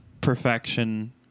perfection